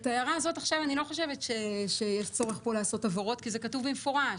אני לא חושבת שיש צורך לעשות בהגדרה הזאת הבהרות כי זה כתוב במפורש.